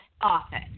Office